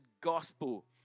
gospel